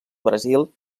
brasil